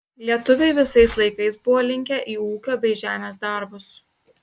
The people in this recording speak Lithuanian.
lietuviai visais laikais buvo linkę į ūkio bei žemės darbus